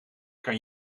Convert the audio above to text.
kan